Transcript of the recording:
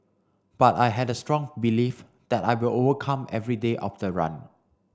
but I had a strong belief that I will overcome every day of the run